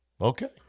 Okay